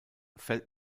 fällt